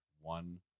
one